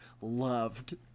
loved